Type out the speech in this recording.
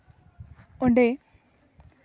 ᱚᱸᱰᱮ